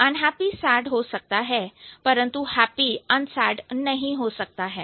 Unhappy sad हो सकता है परंतु happy unsad नहीं हो सकता है